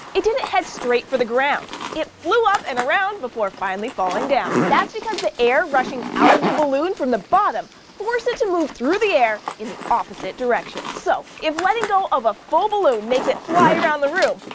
it didn't head straight for the ground it flew up and around before finally falling down. that's because the air rushing out of the balloon from the bottom forced it to move through the air in the opposite direction. so! if letting go of a full balloon makes it fly around the room,